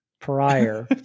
Prior